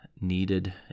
needed